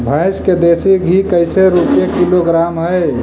भैंस के देसी घी कैसे रूपये किलोग्राम हई?